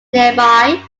nearby